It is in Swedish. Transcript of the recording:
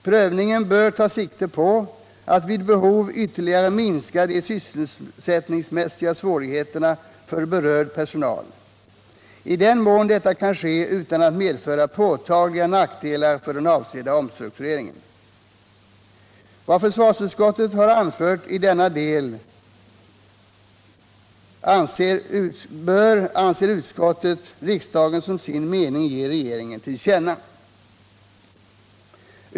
Prövningen bör ta sikte på att vid behov ytterligare minska de sysselsättningsmässiga svårigheterna för berörd personal, i den mån det kan ske utan att det medför påtagliga nackdelar för den avsedda omstruktureringen. Vad försvarsutskottet har anfört i denna del bör, anser utskottet, riksdagen ge regeringen till känna som sin mening.